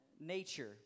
nature